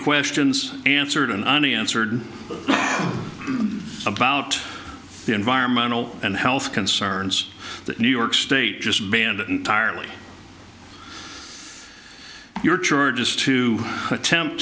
questions answered and unanswered about the environmental and health concerns that new york state just banned it entirely your charge is to attempt